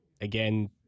again